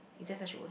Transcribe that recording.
is there a word